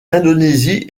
indonésie